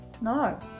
no